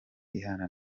ihana